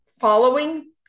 following